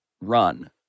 run